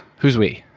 who's we?